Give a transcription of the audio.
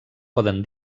poden